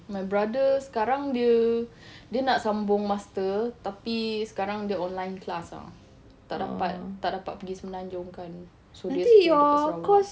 my brother sekarang dia dia nak sambung master tapi sekarang dia online class lah tak dapat tak dapat pergi semenanjung kan so dia stay dekat sarawak